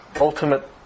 ultimate